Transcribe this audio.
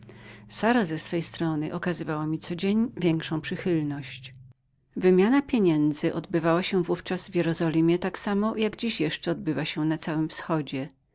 sara ze swojej strony codziennie okazywała mi większą przychylność handel wymiany odbywał się w ówczas w jerozolimie prawie tak samo jak dziś jeszcze odbywa się na wchodziewschodzie